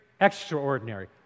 extraordinary